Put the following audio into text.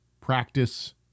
practice